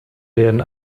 werden